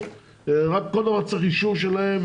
אף אחד לא צריך אישור שלהם,